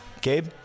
Gabe